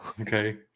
Okay